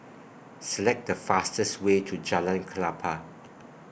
Select The fastest Way to Jalan Klapa